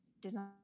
design